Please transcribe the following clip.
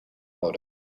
ouders